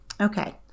okay